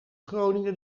groningen